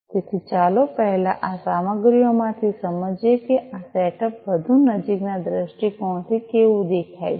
તેથી ચાલો પહેલા આ સામગ્રીઓમાંથી સમજીએ કે આ સેટઅપ વધુ નજીકના દૃષ્ટિકોણથી કેવું દેખાય છે